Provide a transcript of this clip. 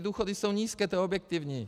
Důchody jsou nízké, to je objektivní.